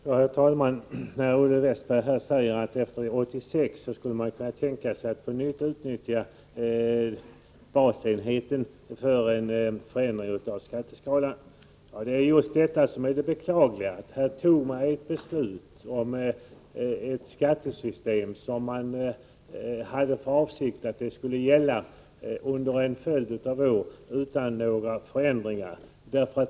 Herr talman! Olle Westberg säger att man efter 1986 skulle kunna tänka sig att på nytt utnyttja basenheten för en förändring av skatteskalan. Ja, det är just denna ryckighet som är det beklagliga. Här fattade man 1982 ett beslut om ett skattesystem som skulle gälla under en följd av år utan några förändringar.